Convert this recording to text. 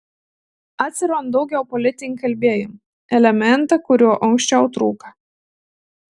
atsiranda daugiau politinio kalbėjimo elemento kuriuo anksčiau trūko